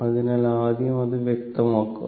അതിനാൽ ആദ്യം അത് വ്യക്തമാക്കുക